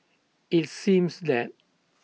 IT seemed that